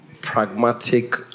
pragmatic